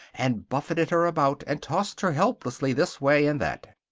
and buffeted her about, and tossed her helplessly this way and that.